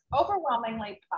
overwhelmingly